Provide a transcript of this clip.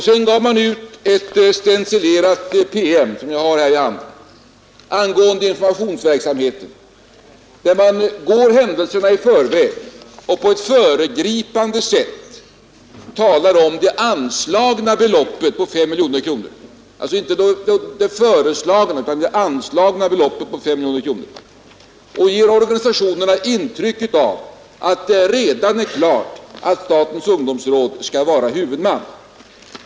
Sedan gav man ut en stencilerad PM — som jag har i min hand — angående informationsverksamheten, där man går händelserna i förväg och på ett föregripande sätt talar om det anslagna beloppet — alltså inte det föreslagna — på 5 miljoner kronor och ger organisationerna intrycket av att det redan är klart att statens ungdomsråd skall vara huvudman.